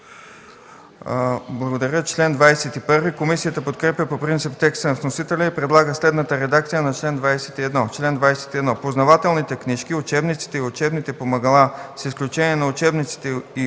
ОГНЯН СТОИЧКОВ: Комисията подкрепя по принцип текста на вносителя и предлага следната редакция на чл. 21: „Чл. 21. Познавателните книжки, учебниците и учебните помагала, с изключение на учебниците и